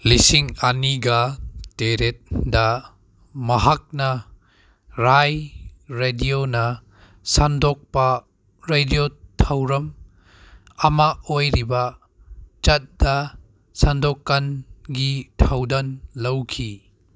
ꯂꯤꯁꯤꯡ ꯑꯅꯤꯒ ꯇꯦꯔꯦꯠꯇ ꯃꯍꯥꯛꯅ ꯔꯥꯏ ꯔꯦꯗꯤꯑꯣꯅ ꯁꯟꯗꯣꯛꯄ ꯔꯦꯗꯤꯑꯣ ꯊꯧꯔꯝ ꯑꯃ ꯑꯣꯏꯔꯤꯕ ꯆꯥꯠꯇ ꯁꯟꯗꯣꯛꯀꯟꯒꯤ ꯊꯧꯗꯥꯡ ꯂꯧꯈꯤ